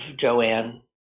Joanne